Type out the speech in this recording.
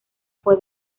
fue